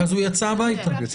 הוא יצא הביתה.